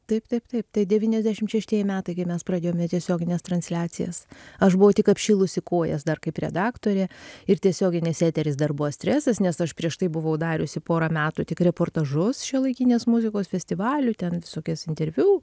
taip taip taip tai devyniasdešim šeštieji metai kai mes pradėjome tiesiogines transliacijas aš buvau tik apšilusi kojas dar kaip redaktorė ir tiesioginis eteris dar buvo stresas nes aš prieš tai buvau dariusi porą metų tik reportažus šiuolaikinės muzikos festivalių ten visokias interviu